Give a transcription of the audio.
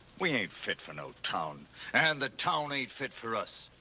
we ain't fit for no town and the town ain't fit for us.